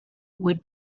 would